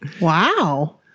Wow